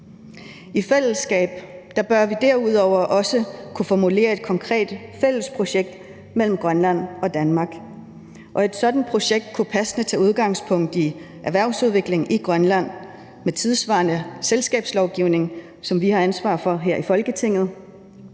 I fællesskab bør vi derudover også kunne formulere et konkret fællesprojekt mellem Grønland og Danmark, og et sådan projekt kunne passende tage udgangspunkt i erhvervsudvikling i Grønland med en tidssvarende selskabslovgivning, som vi har ansvaret for her i Folketinget,